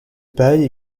paille